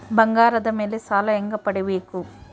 ಬಂಗಾರದ ಮೇಲೆ ಸಾಲ ಹೆಂಗ ಪಡಿಬೇಕು?